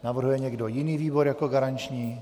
Navrhuje někdo jiný výbor jako garanční?